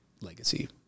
legacy